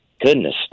goodness